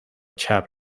chap